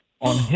on